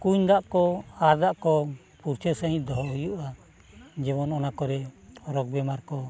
ᱠᱩᱧ ᱫᱟᱜ ᱠᱚ ᱟᱦᱟᱨ ᱫᱟᱜ ᱠᱚ ᱯᱷᱩᱪᱟᱹ ᱥᱟᱹᱦᱤᱡ ᱫᱚᱦᱚ ᱦᱩᱭᱩᱜᱼᱟ ᱡᱮᱢᱚᱱ ᱚᱱᱟ ᱠᱚᱨᱮ ᱨᱳᱜᱽᱼᱵᱤᱢᱟᱨ ᱠᱚ